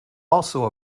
also